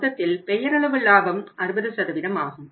மொத்தத்தில் பெயரளவு லாபம் 60 ஆகும்